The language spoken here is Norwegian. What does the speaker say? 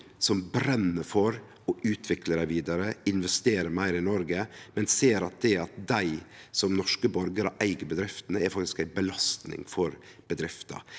som brenn for å utvikle dei vidare og investere meir i Noreg, men ser at det at dei som norske borgarar eig bedriftene, faktisk er ei belasting for bedrifta.